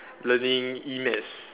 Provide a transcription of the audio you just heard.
learning E math